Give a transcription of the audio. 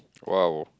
!wow!